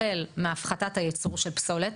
החל מהפחתת הייצור של פסולת,